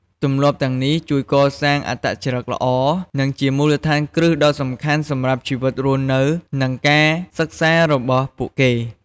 ទម្លាប់ទាំងនេះជួយកសាងអត្តចរិតល្អ និងជាមូលដ្ឋានគ្រឹះដ៏សំខាន់សម្រាប់ជីវិតរស់នៅ និងការសិក្សារបស់ពួកគេ។